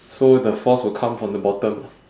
so the force will come from the bottom